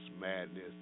madness